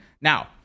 now